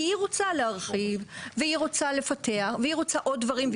כי היא רוצה להרחיב והיא רוצה לפתח והיא רוצה עוד דברים.